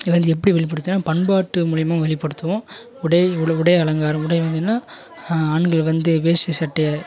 இதை வந்து எப்படி வெளிப்படுத்துவோம்ன்னா பண்பாட்டு மூலிமா வெளிப்படுத்துவோம் உடை உல உடை அலங்காரம் உடை பார்த்திங்கன்னா ஆண்கள் வந்து வேஷ்டி சட்டை